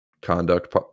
conduct